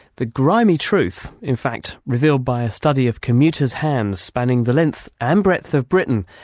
the grimy truth, in fact revealed by ah study of commuters' hands spanning the length and breadth of britain,